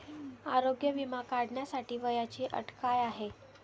आरोग्य विमा काढण्यासाठी वयाची अट काय आहे?